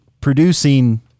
producing